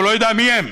הוא לא ידע מיהם.